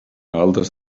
altes